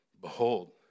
Behold